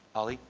ali?